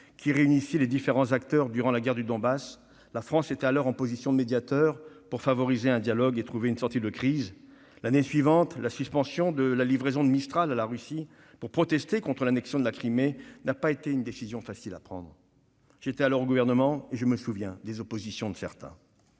qui réunissait les différents acteurs durant la guerre du Donbass. La France était alors en position de médiateur pour favoriser un dialogue et trouver une sortie de crise. L'année suivante, la suspension de la livraison de Mistral à la Russie pour protester contre l'annexion de la Crimée n'a pas été une décision facile à prendre. J'étais alors au gouvernement et je me souviens de l'opposition de certains.